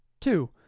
Two